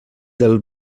del